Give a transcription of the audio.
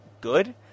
good